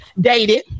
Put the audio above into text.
dated